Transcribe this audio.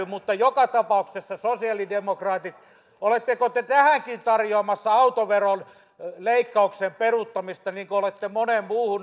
mutta joka tapauksessa sosialidemokraatit oletteko te tähänkin tarjoamassa autoveron leikkauksen peruuttamista niin kuin olette moneen muuhun asiaan